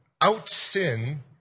out-sin